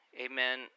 amen